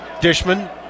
Dishman